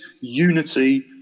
unity